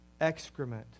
Excrement